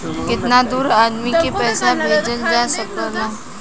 कितना दूर आदमी के पैसा भेजल जा सकला?